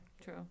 true